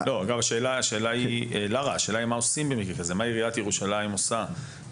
השאלה היא מה עיריית ירושלים עושה במקרה כזה?